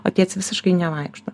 o tėtis visiškai nevaikšto